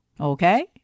Okay